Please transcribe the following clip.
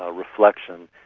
ah reflection.